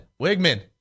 Wigman